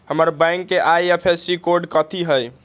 हमर बैंक के IFSC code कथि हई?